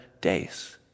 days